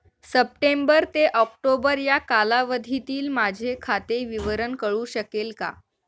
September ते October या कालावधीतील माझे खाते विवरण कळू शकेल का?